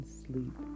sleep